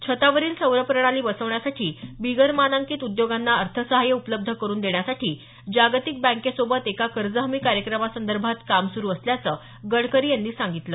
छतावरील सौरप्रणाली बसवण्यासाठी बिगर मानांकित उद्योगांना अर्थसाहाय्य उपलब्ध करून देण्यासाठी जागतिक बँकेसोबत एका कर्ज हमी कार्यक्रमासंदर्भात काम सुरु असल्याचं गडकरी यांनी सांगितलं